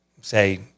say